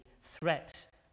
threat